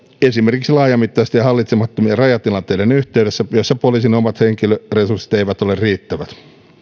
esimerkiksi laajamittaisten ja hallitsemattomien rajatilanteiden yhteydessä joissa poliisin omat henkilöresurssit eivät ole riittävät